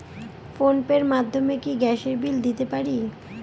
Phone pay র মাধ্যমে কি গ্যাসের বিল দিতে পারি?